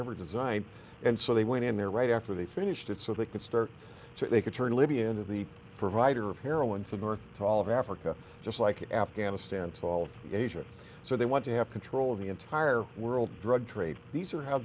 ever designed and so they went in there right after they finished it so they could start to make a turn libya into the provider of heroin to north to all of africa just like afghanistan to all of asia so they want to have control of the entire world drug trade these are how